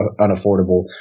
unaffordable